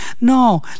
No